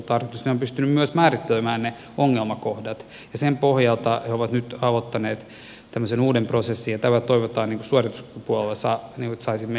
he ovat myös pystyneet määrittelemään ne ongelmakohdat ja sen pohjalta he ovat nyt aloittaneet tämmöisen uuden prosessin ja tällä toivotaan että suorituskykypuolella saisimme enemmän